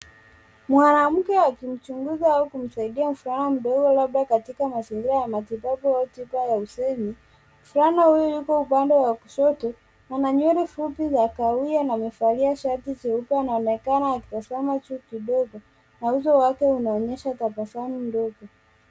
Mwanamke akimchunguza au kumsaidia msichana mdogo labda katika mazingira ya matibabu au tiba ya usemi. Mvulana huyu yuko upande ya kushoto na manywele fupi za kahawia na wamevalia shati jeupe inaonekana akitazama juu kidogo na uso wake unaonyesha tabasamu ndogo.